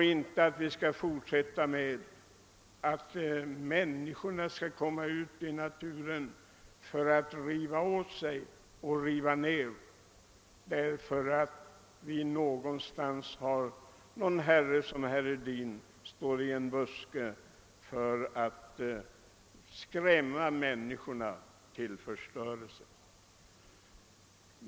Människor skall inte ge sig ut i naturen för att riva åt sig och riva ned därför att det någonstans i en buske står en herre som herr Hedin och skrämmer människorna till förstörelse.